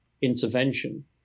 Intervention